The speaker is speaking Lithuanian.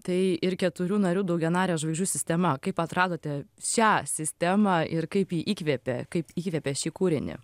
tai ir keturių narių daugianarė žvaigždžių sistema kaip atradote šią sistemą ir kaip ji įkvėpė kaip įkvėpė šį kūrinį